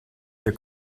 ihr